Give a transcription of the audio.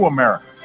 America